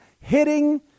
hitting